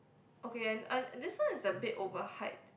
okay and and this one is a bit overhyped